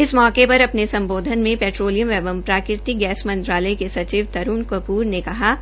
इस मौके पर अपने सम्बोधन में पेट्रोलियम एंव प्राकृतिक गैस मंत्रालय के सिचव तरूण कपूर ने कहा